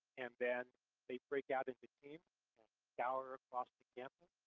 and then they break out into teams and scour across the campus,